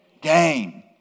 Gain